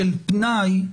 של פנאי,